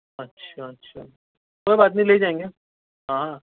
اچھا اچھا کوئی بات نہیں لے جائیں گے ہاں